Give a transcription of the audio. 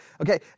Okay